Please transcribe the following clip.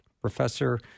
Professor